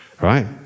Right